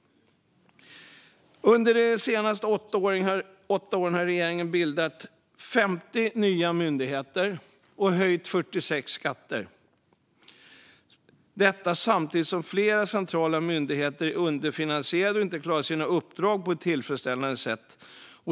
Under de senaste åtta åren har regeringen bildat 50 nya myndigheter och höjt 46 skatter - detta samtidigt som flera centrala myndigheter är underfinansierade och inte klarar sina uppdrag på ett tillfredsställande sätt.